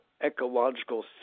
ecological